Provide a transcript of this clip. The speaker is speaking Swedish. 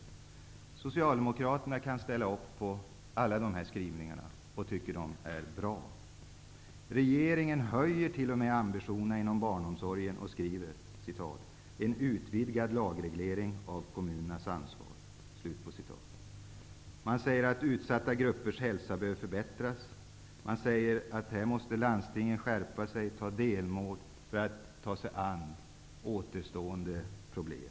Socialdemokraterna kan ställa sig bakom alla dessa skrivningar, som vi tycker är bra. Regeringen höjer t.o.m. ambitionerna inom barnomsorgen och skriver om ''en utvidgad lagreglering av kommunernas ansvar''. Man säger att utsatta gruppers hälsa bör förbättras. Vidare anför man att landstingen måste skärpa sig och sätta upp delmål för att ta sig an återstående problem.